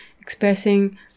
expressing